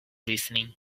listening